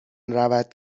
روَد